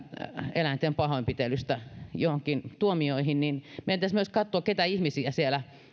eläinten pahoinpitelystä johonkin tuomioihin meidän pitäisi myös katsoa keitä ihmisiä siellä